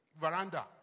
veranda